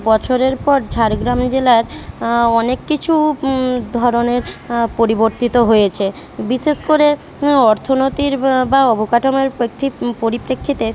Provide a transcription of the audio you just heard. বছরের পর ঝাড়গ্রাম জেলার অনেক কিছু ধরনের পরিবর্তিত হয়েছে বিশেষ করে অর্থনীতির বা অবকাঠামোর প্রেক্ষিত পরিপ্রেক্ষিতে